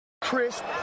Chris